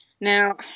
Now